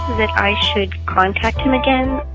that i should contact him again?